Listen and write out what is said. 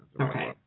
Okay